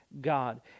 God